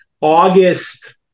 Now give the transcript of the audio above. August